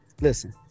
Listen